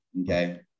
okay